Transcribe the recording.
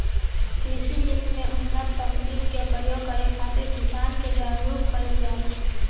कृषि नीति में उन्नत तकनीकी के प्रयोग करे खातिर किसान के जागरूक कईल जाला